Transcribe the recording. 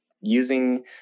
using